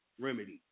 remedies